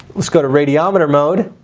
let's go to radiometer mode.